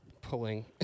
pulling